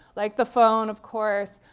like the phone, of course.